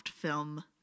film